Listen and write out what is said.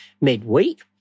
midweek